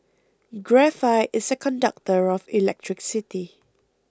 graphite is a conductor of electricity